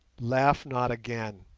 laugh not again,